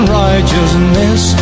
righteousness